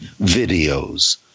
videos